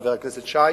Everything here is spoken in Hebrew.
חבר הכנסת שי,